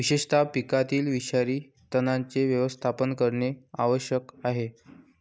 विशेषतः पिकातील विषारी तणांचे व्यवस्थापन करणे आवश्यक आहे